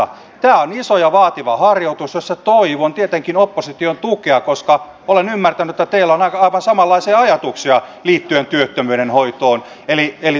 tämä on iso ja vaativa harjoitus jossa toivon tietenkin opposition tukea koska olen ymmärtänyt että teillä on aivan samanlaisia ajatuksia liittyen työttömyyden hoitoon